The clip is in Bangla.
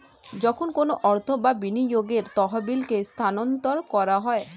যখন কোনো অর্থ বা বিনিয়োগের তহবিলকে স্থানান্তর করা হয়